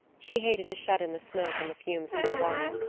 she hated to shut in the smoke and the fumes of the wine.